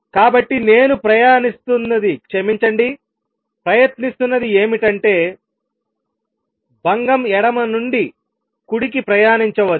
కాబట్టి నేను ప్రయత్నిస్తున్నది ఏమిటంటేభంగం ఎడమ నుండి కుడికి ప్రయాణించవచ్చు